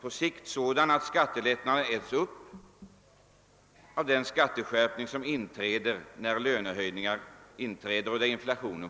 på sikt att skattelättnaden äts upp av den skatteskärpning som blir följden av lönehöjning och den fortskridande inflationen.